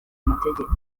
amategeko